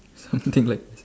something like